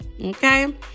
okay